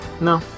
No